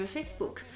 Facebook